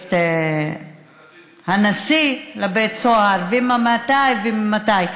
את הנשיא לבית סוהר, וממתי וממתי.